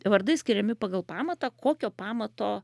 vardai skiriami pagal pamatą kokio pamato